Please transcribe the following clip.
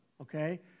okay